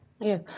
Yes